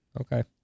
Okay